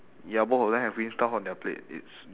ya both of them have green stuff on their plate it's